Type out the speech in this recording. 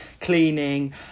cleaning